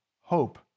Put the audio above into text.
hope